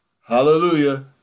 Hallelujah